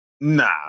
nah